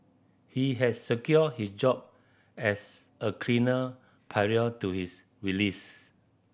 he has secured his job as a cleaner prior to his release